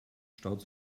staut